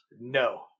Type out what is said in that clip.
No